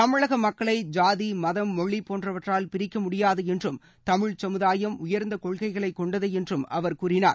தமிழ க மக்களை சாதி மதம் மொழி போன்றவற்றால் பிரிக்க முடியாது என்றும் தமிழ் சமுதாயம் உயர்ந்த கொள்கைகளைக் கொண்டது என்றும் அவர் கூறினார்